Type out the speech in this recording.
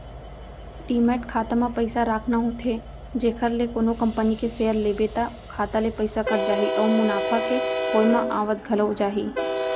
demat खाता म पइसा राखना होथे जेखर ले कोनो कंपनी के सेयर लेबे त खाता ले पइसा कट जाही अउ मुनाफा के होय म आवत घलौ जाही